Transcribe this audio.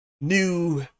new